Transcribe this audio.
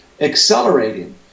Accelerating